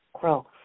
growth